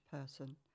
person